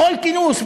בכל כינוס,